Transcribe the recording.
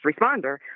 responder